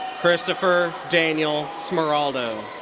christopher daniel smeraldo.